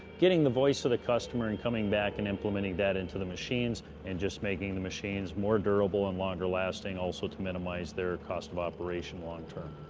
getting the voice of the customer and coming back and implementing that into the machines and just making the machines more durable and longer-lasting also to minimize their cost of operation long-term.